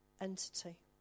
entity